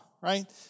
right